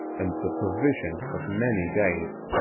and the provision of many days.